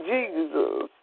Jesus